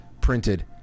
printed